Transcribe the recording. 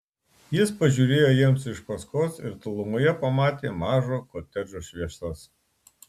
jis pažiūrėjo jiems iš paskos ir tolumoje pamatė mažo kotedžo šviesas